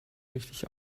richtig